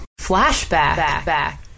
Flashback